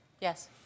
Yes